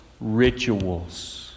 rituals